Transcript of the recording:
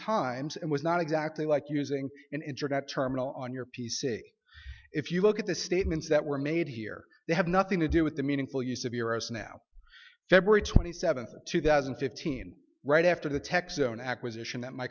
times and was not exactly like using an internet terminal on your p c if you look at the statements that were made here they have nothing to do with the meaningful use of us now february twenty seventh two thousand and fifteen right after the tech's own acquisition that my